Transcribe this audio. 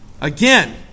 Again